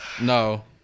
No